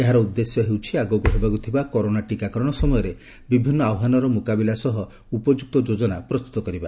ଏହାର ଉଦ୍ଦେଶ୍ୟ ହେଉଛି ଆଗକୁ ହେବାକୁଥିବା କରୋନା ଟୀକାକରଣ ସମୟରେ ବିଭିନ୍ନ ଆହ୍ପାନର ମୁକାବିଲା ସହ ଉପଯୁକ୍ତ ଯୋଜନା ପ୍ରସ୍ତୁତ କରିବା